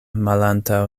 malantaŭ